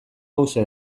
hauxe